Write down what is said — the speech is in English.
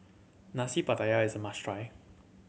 Nasi Pattaya is a must try